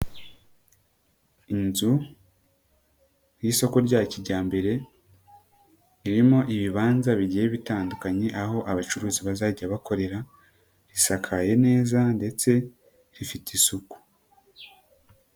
Inzu y'isoko rya kijyambere irimo ibibanza bigiye bitandukanye, aho abacuruzi bazajya bakorera, risakaye neza ndetse rifite isuku.